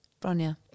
Bronya